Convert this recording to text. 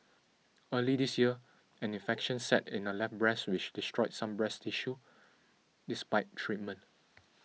early this year an infection set in her left breast which destroyed some breast tissue despite treatment